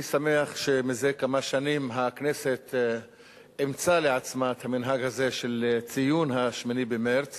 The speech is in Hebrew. אני שמח שמזה כמה שנים הכנסת אימצה לעצמה את המנהג הזה של ציון ה-8 במרס